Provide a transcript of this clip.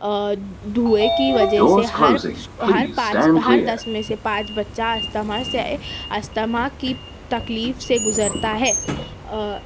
دھوئیں کی وجہ سے ہر ہر پانچ ہر دس میں سے پانچ بچہ ایستھما سے ایستھما کی تکلیف سے گزرتا ہے